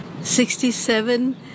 Sixty-seven